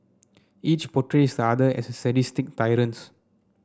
each portrays the other as sadistic tyrants